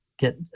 get